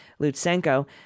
Lutsenko